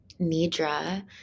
nidra